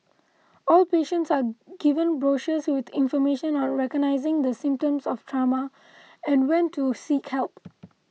all patients are given brochures with information on recognising the symptoms of trauma and when to seek help